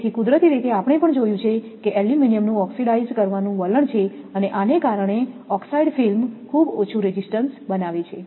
તેથી કુદરતી રીતે આપણે પણ જોયું છે કે એલ્યુમિનિયમનું ઓક્સિડાઇઝ કરવાનું વલણ છે અને આને કારણે ઓક્સાઇડ ફિલ્મ ખૂબ ઉંચું રેઝિસ્ટન્સ બનાવે છે